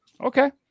Okay